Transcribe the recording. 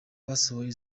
basohoye